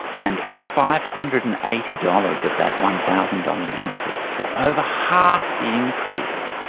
and five hundred and eighty dollars of that one thousand dollars increase, so over half the increase,